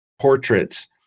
portraits